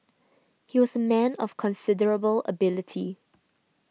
he was a man of considerable ability